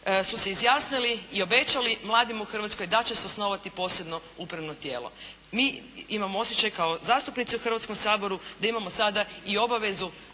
su se izjasnili i obećali mladima u Hrvatskoj da će se osnovati posebno upravno tijelo. Mi imamo osjećaj kao zastupnici u Hrvatskom saboru da imamo sada i obavezu